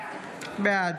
בעד